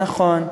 נכון.